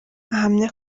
ahamya